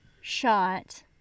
shot